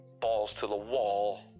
balls-to-the-wall